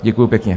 Děkuju pěkně.